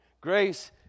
Grace